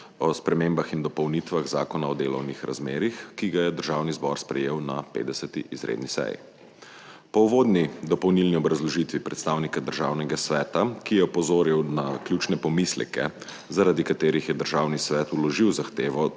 o spremembah in dopolnitvah Zakona o delovnih razmerjih, ki ga je Državni zbor sprejel na 50. izredni seji. Po uvodni dopolnilni obrazložitvi predstavnika Državnega sveta, ki je opozoril na ključne pomisleke, zaradi katerih je Državni svet vložil zahtevo,